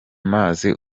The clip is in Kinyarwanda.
mazi